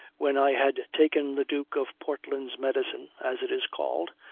when i had taken the duke of portland's medicine, as it is called,